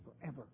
forever